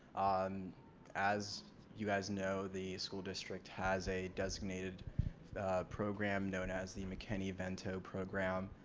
um as you guys know the school district has a designated program known as the mckinney vento program.